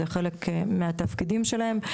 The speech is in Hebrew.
זה חלק מהתפקידים שלהם.